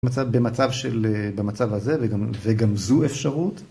במצב הזה, וגם זו אפשרות.